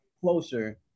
closer